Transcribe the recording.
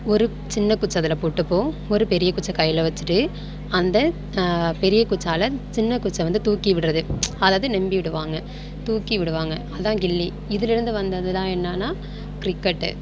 ஒரு சின்ன குச்ச அதில் போட்டுப்போம் ஒரு பெரிய குச்ச கையில் வச்சுட்டு அந்த பெரிய குச்சால் சின்ன குச்ச வந்து தூக்கிவிடுறது அதாவது ரொம்பி விடுவாங்கள் தூக்கி விடுவாங்கள் து தான் கில்லி இதுலேருந்து வந்தது தான் என்னென்னா கிரிக்கெட்டு